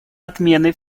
отмены